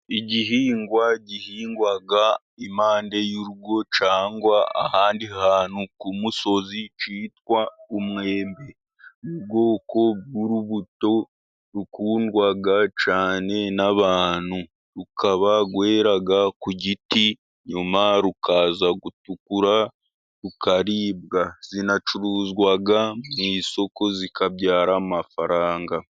Igihingwa gihingwaga impande y'urugo cyangwa ahandi hantu ku musozi cyitwa umwembe. Ni ubwoko bw'urubuto rukundwa cyane n'abantu. Rukaba rwera ku giti nyuma rukaza gutukura rukaribwa, zinacuruzwa mu isuku zikabyara amafaranga.